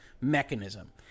mechanism